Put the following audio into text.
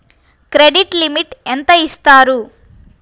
Credit limit ఎంత ఇస్తారు?